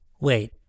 Wait